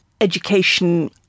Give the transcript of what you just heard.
education